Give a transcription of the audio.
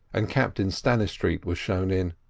and captain stannistreet was shown in.